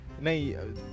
No